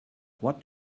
what